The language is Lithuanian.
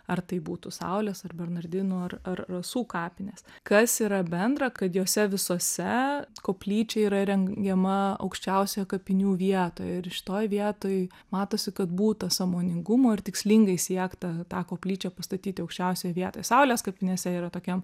ar tai būtų saulės ar bernardinų ar ar rasų kapinės kas yra bendra kad jose visose koplyčia yra įrengiama aukščiausioje kapinių vietoje ir šitoj vietoj matosi kad būta sąmoningumo ir tikslingai siekta tą koplyčią pastatyti aukščiausioj vietoj saulės kapinėse yra tokiam